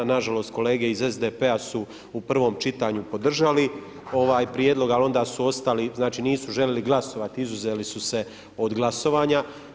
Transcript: Nažalost kolege iz SDP-a su u prvom čitanju podržali ovaj prijedlog, ali onda su ostali, znači nisu željeli glasovati, izuzeli su se iz glasovanja.